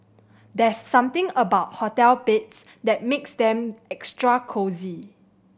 there's something about hotel beds that makes them extra cosy